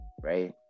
right